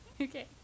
Okay